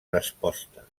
resposta